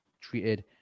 treated